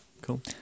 cool